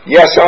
Yes